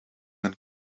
een